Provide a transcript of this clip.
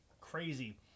crazy